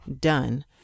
done